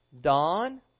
dawn